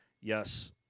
Yes